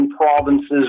provinces